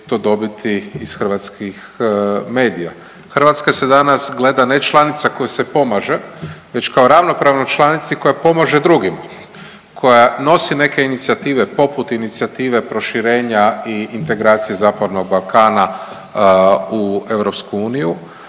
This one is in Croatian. Hrvatska se gleda danas ne članica kojoj se pomaže, već kao ravnopravnoj članici koja pomaže drugima, koja nosi neke inicijative poput inicijative proširenja i integracije Zapadnog Balkana u EU,